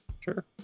Sure